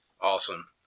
Awesome